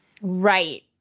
Right